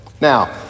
Now